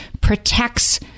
protects